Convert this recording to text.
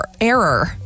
error